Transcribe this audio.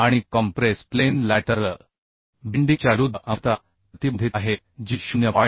आणि compress plane बाजूकडील bending च्या विरुद्ध अंशतः प्रतिबंधित आहेत जी 0